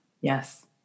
Yes